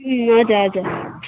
उम् हजुर हजुर